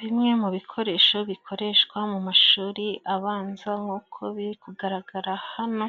Bimwe mu bikoresho bikoreshwa mu mashuri abanza nkuko biri kugaragara hano